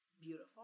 beautiful